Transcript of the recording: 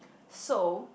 so